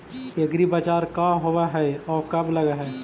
एग्रीबाजार का होब हइ और कब लग है?